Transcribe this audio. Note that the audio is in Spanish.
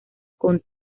con